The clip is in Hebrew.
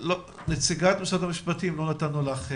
נציגת משרד המשפטים, לא נתנו לך.